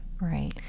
Right